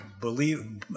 believe